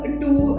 two